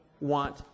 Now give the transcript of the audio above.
want